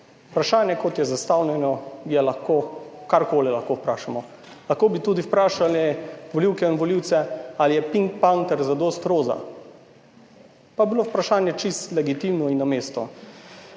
Vprašanje, kot je zastavljeno, je lahko, karkoli lahko vprašamo. Lahko bi tudi vprašali volivke in volivce, ali je Pink panter zadosti roza? Pa bi bilo vprašanje čisto legitimno in na mestu.